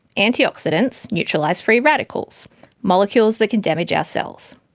antioxidants neutralise free-radicals molecules that can damage our cells.